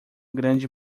grande